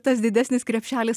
tas didesnis krepšelis